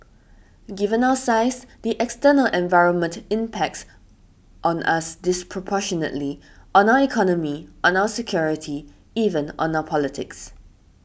given our size the external environment impacts on us disproportionately on our economy on our security even on our politics